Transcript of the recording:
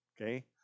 Okay